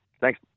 Thanks